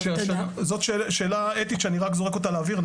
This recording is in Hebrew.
זאת שאלה אתית שאני רק זורק אותה לאוויר.